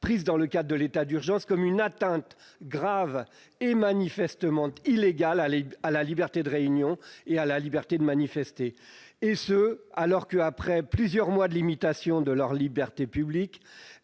prise dans le cadre de l'état d'urgence comme une atteinte grave et manifestement illégale à la liberté de réunion et à la liberté de manifester, alors que, après plusieurs mois de limitation des libertés publiques